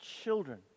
children